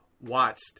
watched